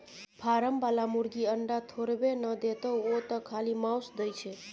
form बला मुरगी अंडा थोड़बै न देतोउ ओ तँ खाली माउस दै छै